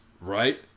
Right